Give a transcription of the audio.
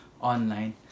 online